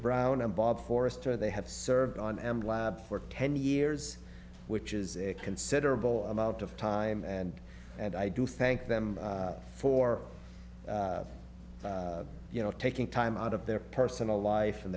brown and bob forrester they have served on am glad for ten years which is a considerable amount of time and and i do thank them for you know taking time out of their personal life and